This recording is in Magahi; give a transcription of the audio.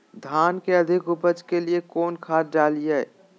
धान के अधिक उपज के लिए कौन खाद डालिय?